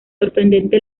sorprendente